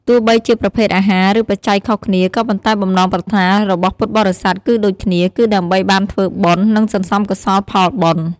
ទោះបីជាប្រភេទអាហារ ឬបច្ច័យខុសគ្នា ក៏ប៉ុន្តែបំណងប្រាថ្នារបស់ពុទ្ធបរិស័ទគឺដូចគ្នា គឺដើម្បីបានធ្វើបុណ្យ និងសន្សំកុសលផលបុណ្យ។